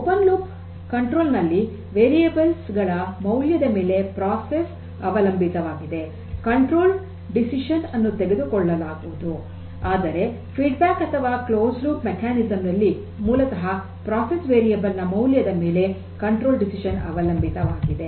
open loop ನಿಯಂತ್ರಣದಲ್ಲಿ variables ಗಳ ಮೌಲ್ಯದ ಮೇಲೆ ಪ್ರಕ್ರಿಯೆ ಅವಲಂಬಿತವಾಗದೆ ನಿಯಂತ್ರಿತ ಡಿಸಿಷನ್ ಅನ್ನು ತೆಗೆದುಕೊಳ್ಳಲಾಗುವುದು ಆದರೆ ಫೀಬ್ಯಾಕ್ ಅಥವಾ ಕ್ಲೋಸ್ಡ್ ಲೂಪ್ ಕಾರ್ಯವಿಧಾನದಲ್ಲಿ ಮೂಲತಃ ಪ್ರಕ್ರಿಯೆಯ ವೇರಿಯೇಬಲ್ ನ ಮೌಲ್ಯದ ಮೇಲೆ ನಿಯಂತ್ರಿತ ನಿರ್ಧಾರ ಅವಲಂಬಿತವಾಗಿದೆ